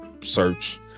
search